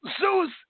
Zeus